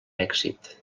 èxit